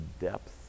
depth